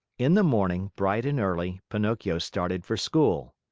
in the morning, bright and early, pinocchio started for school.